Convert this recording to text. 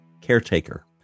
caretaker